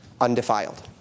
undefiled